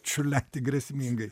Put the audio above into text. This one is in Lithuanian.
čiurlenti grėsmingai